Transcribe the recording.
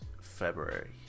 February